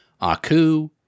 Aku